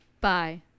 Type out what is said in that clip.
Bye